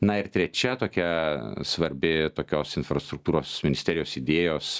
na ir trečia tokia svarbi tokios infrastruktūros ministerijos idėjos